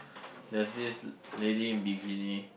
there's this lady in bikini